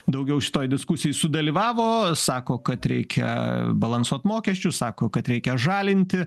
daugiau šitoj diskusijoj sudalyvavo sako kad reikia balansuot mokesčius sako kad reikia žalinti